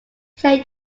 ten